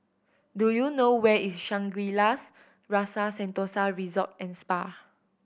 do you know where is Shangri La's Rasa Sentosa Resort and Spa